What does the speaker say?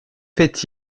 fait